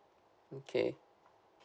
okay